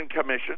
Commission